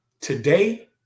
today